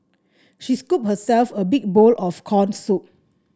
she scooped herself a big bowl of corn soup